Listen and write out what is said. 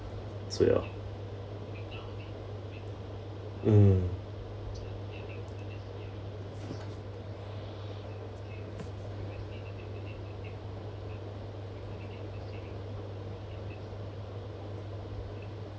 so ya mm